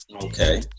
okay